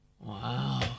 wow